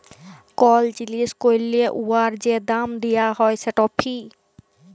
call জিলিস ক্যরলে উয়ার যে দাম দিয়া হ্যয় সেট ফি